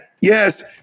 yes